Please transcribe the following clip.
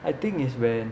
I think is when